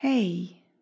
Hey